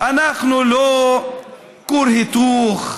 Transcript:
אנחנו לא כור היתוך,